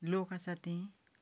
लोक आसा तीं